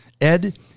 Ed